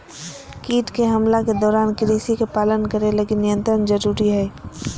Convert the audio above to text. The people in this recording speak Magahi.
कीट के हमला के दौरान कृषि के पालन करे लगी नियंत्रण जरुरी हइ